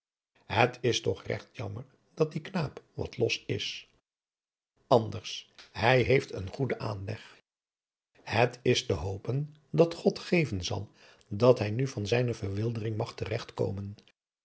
het is toch regt jammer dat die knaap wat los is anders hij heeft een goeden aanleg het is te hopen dat god geven zal dat hij nu van zijne verwildering mag